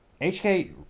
hk